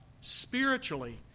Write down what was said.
spiritually